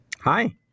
Hi